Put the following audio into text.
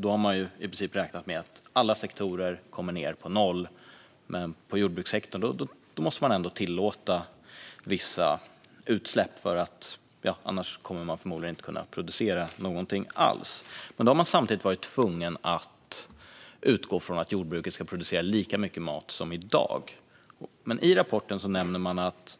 Då har man i princip räknat med att alla sektorer kommer ned till noll men att vissa utsläpp i jordbrukssektorn ändå måste tillåtas, för annars kommer den förmodligen inte att kunna producera någonting alls. Man har då varit tvungen att utgå från att jordbruket ska producera lika mycket mat som i dag. I rapporten nämner man att